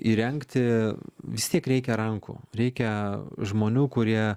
įrengti vis tiek reikia rankų reikia žmonių kurie